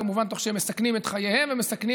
כמובן תוך שהם מסכנים את חייהם ומסכנים